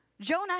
Jonah